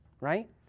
right